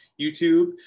YouTube